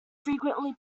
frequently